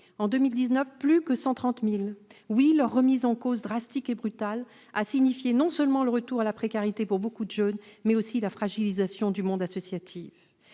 en avait plus que 130 000. Oui, leur remise en cause drastique et brutale a signifié non seulement le retour à la précarité pour nombre de jeunes, mais encore la fragilisation du monde associatif.